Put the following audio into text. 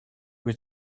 were